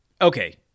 Okay